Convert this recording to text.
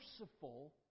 merciful